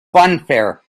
funfair